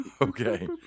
Okay